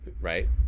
right